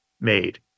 made